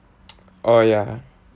orh yeah